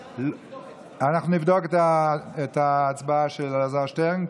אנחנו נבדוק את ההצבעה של אלעזר שטרן,